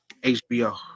HBO